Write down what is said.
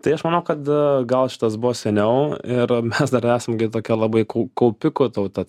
tai aš manau kad gal šitas buvo seniau ir mes dar esam tokia labai kaup kaupikų tauta